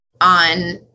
on